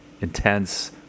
intense